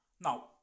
Now